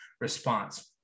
response